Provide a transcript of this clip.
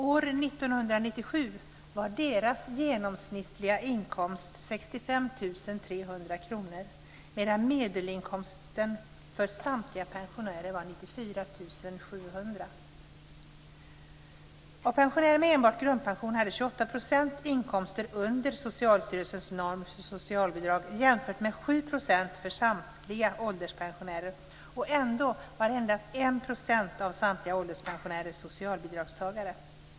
År 1997 var deras genomsnittliga inkomst 65 300 kr, medan medelinkomsten för samtliga pensionärer var 94 700 kr. Av pensionärer med enbart grundpension hade 28 % inkomster under Socialstyrelsens norm för socialbidrag, jämfört med 7 % för samtliga ålderspensionärer. Ändå var endast 1 % av samtliga ålderspensionärer socialbidragstagare.